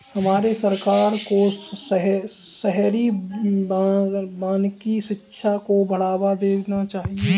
हमारे सरकार को शहरी वानिकी शिक्षा को बढ़ावा देना चाहिए